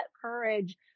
courage